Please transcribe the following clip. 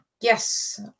Yes